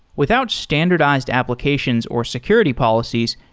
without standardized applications or security policies,